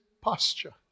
posture